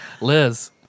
Liz